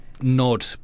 nod